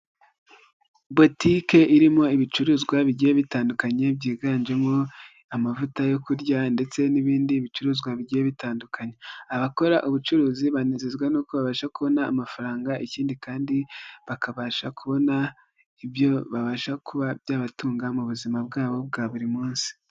Botike irimo ibicuruzwa bigiye bitandukanye byiganjemo amavuta yo kurya ndetse n'ibindi bicuruzwa bigiye bitandukanye. Abakora ubucuruzi banezezwa n'uko babasha kubona amafaranga ikindi kandi bakabasha kubona ibyo babasha kuba byabatunga mu buzima bwabo bwa buri munsi.